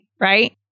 right